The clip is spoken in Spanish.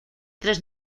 tres